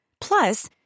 Plus